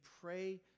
pray